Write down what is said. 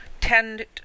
tend